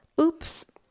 oops